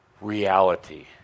reality